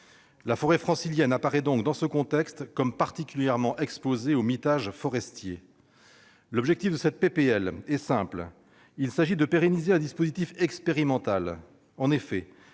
La forêt francilienne apparaît donc, dans ce contexte, particulièrement exposée au mitage forestier. L'objectif de cette proposition de loi est simple : il s'agit de pérenniser un dispositif expérimental.